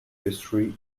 history